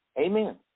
Amen